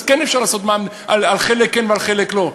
אז כן אפשר לעשות על חלק כן ועל חלק לא.